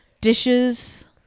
Dishes